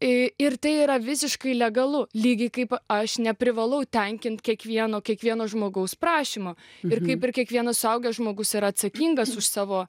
ir tai yra visiškai legalu lygiai kaip aš neprivalau tenkint kiekvieno kiekvieno žmogaus prašymo ir kaip ir kiekvienas suaugęs žmogus yra atsakingas už savo